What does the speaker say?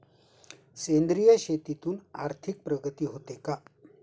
सेंद्रिय शेतीतून आर्थिक प्रगती होते का?